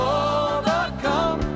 overcome